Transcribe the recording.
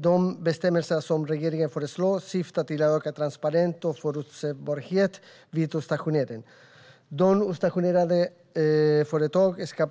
De bestämmelser som regeringen föreslår syftar till att öka transparensen och förutsebarheten vid utstationering. De utstationerande företagen ska